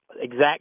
exact